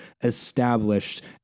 established